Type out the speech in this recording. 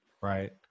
right